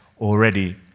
already